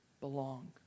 belong